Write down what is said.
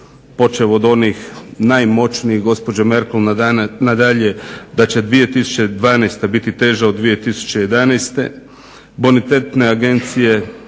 počev od onih najmoćnijih gospođa Merkel nadalje da će 2012.biti teža od 2011. Bonitetne agencije